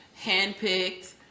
handpicked